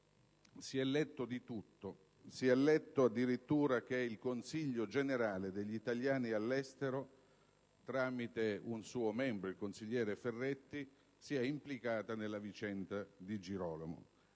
si è letto di tutto, addirittura che il Consiglio generale degli italiani all'estero, tramite un suo membro, il consigliere Ferretti, sia implicato nella vicenda Di Girolamo: